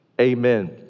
Amen